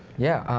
yeah,